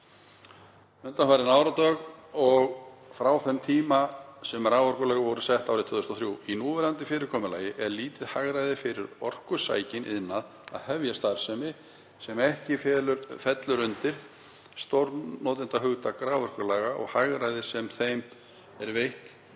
undanfarinn áratug eða frá þeim tíma sem raforkulög voru sett árið 2003. Í núverandi fyrirkomulagi er lítið hagræði fyrir orkusækinn iðnað að hefja starfsemi sem ekki fellur undir stórnotendahugtak raforkulaga og hagræði sem þeim er veitt